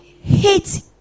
hate